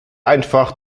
einfach